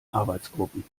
arbeitsgruppen